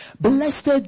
Blessed